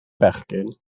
bechgyn